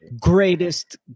Greatest